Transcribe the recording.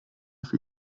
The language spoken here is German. für